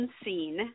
unseen